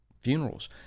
funerals